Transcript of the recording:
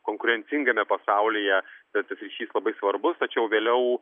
konkurencingame pasaulyje bet ir ryšys labai svarbus tačiau vėliau